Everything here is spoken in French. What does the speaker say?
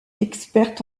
experte